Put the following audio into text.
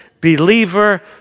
believer